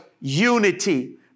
unity